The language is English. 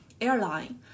airline